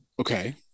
Okay